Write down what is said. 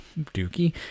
Dookie